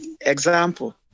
example